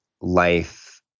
life